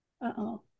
Uh-oh